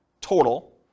total